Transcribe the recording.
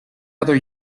other